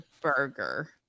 burger